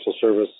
service